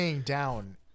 down